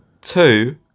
two